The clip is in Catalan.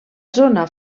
zona